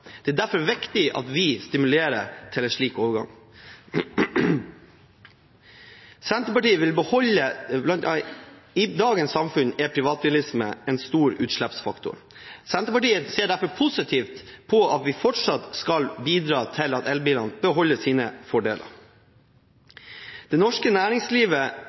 Det er derfor viktig at vi stimulerer til en slik overgang. I dagens samfunn er privatbilisme en stor utslippsfaktor. Senterpartiet ser derfor positivt på at vi fortsatt skal bidra til at elbilene beholder sine fordeler. Det norske næringslivet